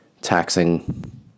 taxing